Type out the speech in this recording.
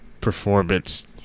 performance